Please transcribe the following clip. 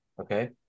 Okay